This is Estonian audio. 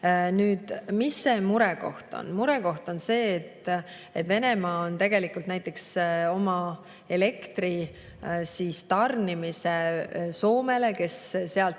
kasu. Mis see murekoht on? Murekoht on see, et Venemaa on tegelikult oma elektri tarnimise Soomele, kes sealt